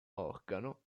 organo